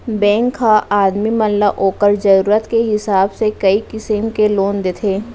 bank ह आदमी मन ल ओकर जरूरत के हिसाब से कई किसिम के लोन देथे